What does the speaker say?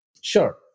Sure